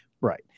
Right